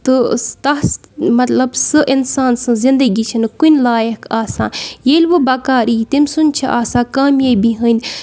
تہٕ تَس مطلب سُہ اِنسان سٕنٛز زندگی چھَنہٕ کُنہِ لایق آسان ییٚلہٕ وٕ بَکار ای تٔمۍ سُنٛد چھِ آسان کامیٲبی ہٕنٛدۍ